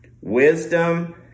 Wisdom